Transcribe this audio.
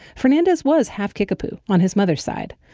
fernandez was half kickapoo on his mother's side,